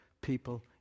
people